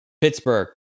Pittsburgh